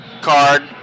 card